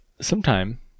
sometime